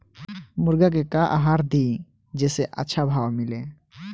मुर्गा के का आहार दी जे से अच्छा भाव मिले?